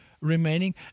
remaining